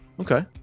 Okay